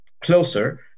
closer